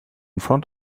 front